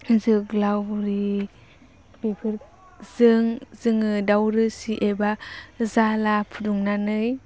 जोग्लावरि बेफोरजों जोङो दाउ रोसि एबा जाला फुदुंनानै